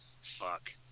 fuck